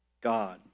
God